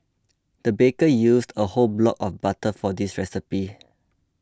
the baker used a whole block of butter for this recipe